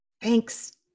Thanks